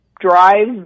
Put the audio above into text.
drive